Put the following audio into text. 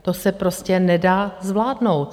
To se prostě nedá zvládnout.